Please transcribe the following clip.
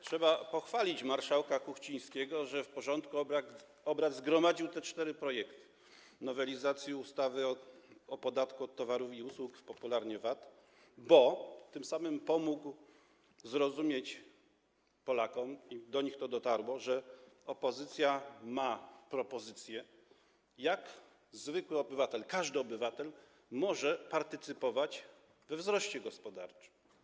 Trzeba pochwalić marszałka Kuchcińskiego, że w porządku obrad zgromadził te cztery projekty nowelizacji ustawy o podatku od towarów i usług, popularnie: VAT, bo tym samym pomógł zrozumieć Polakom i do nich to dotarło, że opozycja ma propozycje, jak zwykły obywatel, każdy obywatel może partycypować we wzroście gospodarczym.